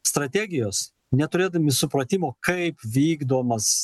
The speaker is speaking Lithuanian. strategijos neturėdami supratimo kaip vykdomas